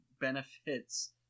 benefits